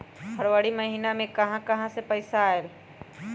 फरवरी महिना मे कहा कहा से पैसा आएल?